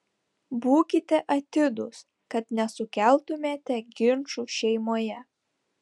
būkite atidūs kad nesukeltumėte ginčų šeimoje